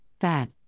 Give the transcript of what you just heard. fat